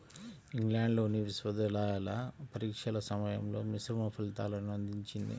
ఇంగ్లాండ్లోని విశ్వవిద్యాలయ పరీక్షల సమయంలో మిశ్రమ ఫలితాలను అందించింది